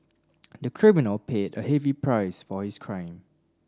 the criminal paid a heavy price for his crime